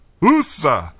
USA